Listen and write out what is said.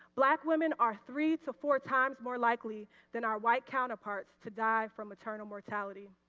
black women are three to four times more likely than our white counterparts to die from maternal mortality.